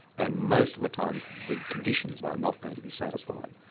and most of the time the conditions are not going to be satisfied.